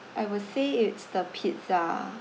I will say it's the pizza